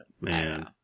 Man